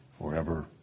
forever